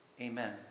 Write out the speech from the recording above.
Amen